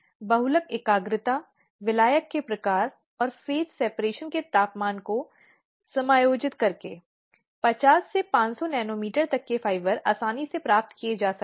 और यह महत्वपूर्ण है ताकि आगे चलकर यौन उत्पीड़न को रोकने के लिए पीड़ित व्यक्ति को पीड़ित होने से रोका जा सके